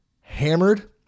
hammered